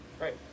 Right